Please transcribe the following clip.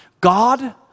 God